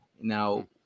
Now